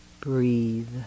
Breathe